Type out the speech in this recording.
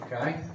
Okay